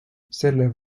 sellele